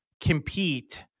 compete